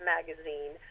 Magazine